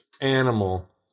animal